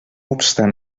obstant